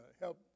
help